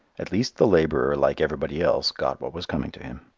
at least the laborer like everybody else got what was coming to him.